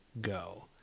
go